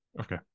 okay